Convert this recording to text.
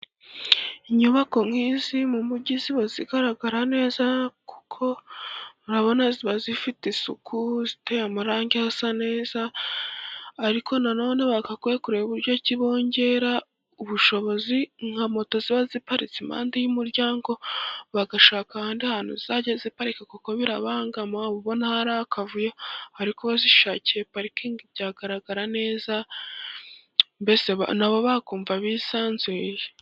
Inyubako nk'izi mu mujyi ziba zigaragara neza, kuko urabona ziba zifite isuku ziteye amarangi hasa neza. Ariko na none bagakwiriye kureba uburyo ki bongera ubushobozi, nka moto ziba ziparitse impande y'umuryango bagashaka ahandi hantu zizajya ziparika, kuko birabangama uba ubona hari akavuyo. Ariko bazishakiye parikingi byagaragara neza, mbese na bo bakumva bisanzuye.